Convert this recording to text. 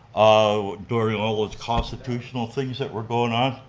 ah during all those constitutional things that were going on.